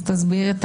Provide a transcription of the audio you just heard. אז תסביר.